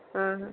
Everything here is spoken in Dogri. हां